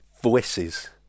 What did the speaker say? voices